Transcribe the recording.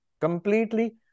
completely